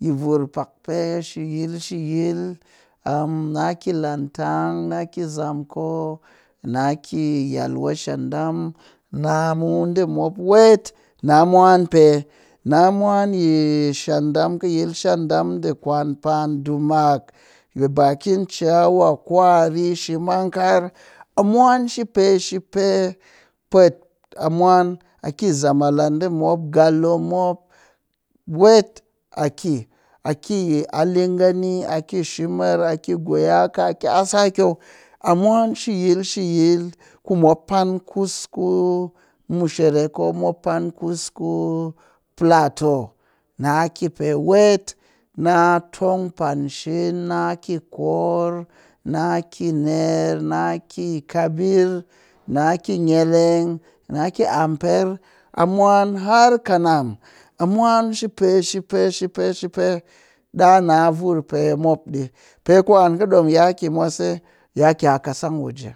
yi vur pak pe shi yil shi yil naki langtang, naki zamko, naki yelwa shandam namu ɗe mop wet na mwan pe na mwan kɨ yil shandam ɗe quanpan, deomark, bakin chawa, kwari, shimangar a mwan shipe shipe, pwet a mwan a ki zamala ɗe mop galo mop wet a ki a ki aligani, a ki shimer, a ki guyaka a ki asakwai, a mwan shi yil shi yil ku mop pan kus ku mushere ko pan kus ku plateau na ki pe wet na tong pankshin na ki kor, naki ner, naki kabwir, naki neleng, naki amper, a mwan har kanam, a mwan shi pe shi pe shi pe shi pe ɗa na ɓi mop ɗi pe ku an kɨ ɗom ya ki a kasan waje ɗi gi.